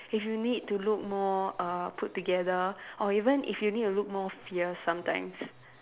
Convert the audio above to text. if you need to look more err put together or even if you need to look more fierce sometimes